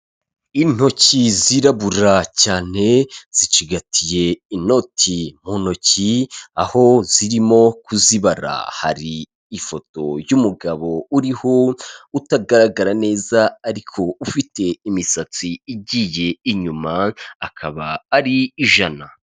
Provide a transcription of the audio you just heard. Intoki zirabura cyane zicigatiye inoti mu ntoki aho zirimo kuzibara, hari ifoto y'umugabo uriho utagaragara neza ariko ufite imisatsi igiye inyuma akaba ari ijana.